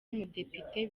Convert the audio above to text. umudepite